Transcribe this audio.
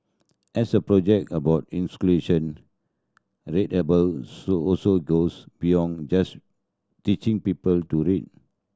as a project about readable so also goes beyond just teaching people to read